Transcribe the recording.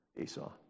Esau